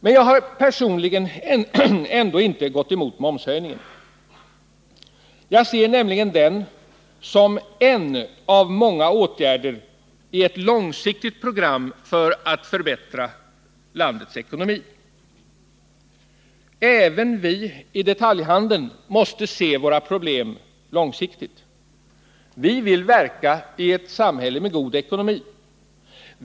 Men jag har personligen ändå inte gått emot momshöjningen. Jag ser nämligen den som en av många åtgärder i ett långsiktigt program för att förbättra landets ekonomi. Även vii detaljhandeln måste se våra problem långsiktigt. Vi vill verka i ett samhälle med god ekonomi.